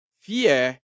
fear